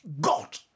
God